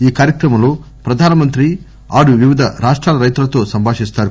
ఈ కార్యక్రమంలో ప్రధానమంత్రి ఆరు వివిధ రాష్టాల రైతులతో సంబాషిస్తారు